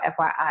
FYI